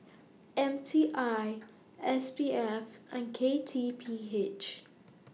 M T I S P F and K T P H